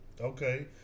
Okay